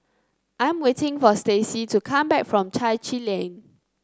I am waiting for Stacy to come back from Chai Chee Lane